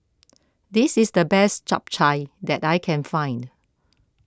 this is the best Chap Chai that I can find